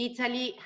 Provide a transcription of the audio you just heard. Italy